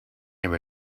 near